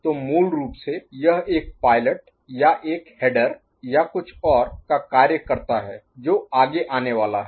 तो मूल रूप से यह एक पायलट या एक हेडर या कुछ और का कार्य करता है जो आगे आने वाला है